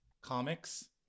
comics